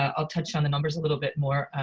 ah i'll touch on the numbers a little bit more